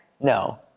No